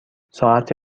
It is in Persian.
ساعت